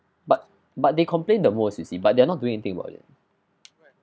but but they complain the most you see but they're not doing anything about it